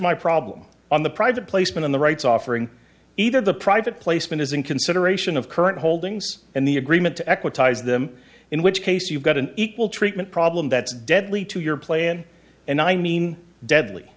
my problem on the private placement of the rights offering either the private placement as in consideration of current holdings and the agreement to equities them in which case you've got an equal treatment problem that's deadly to your plan and i mean deadly